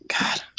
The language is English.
God